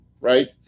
right